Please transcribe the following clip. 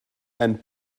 and